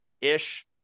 ish